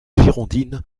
girondine